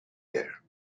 there